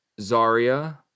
Zarya